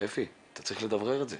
אפי, אתה צריך לדברר את זה.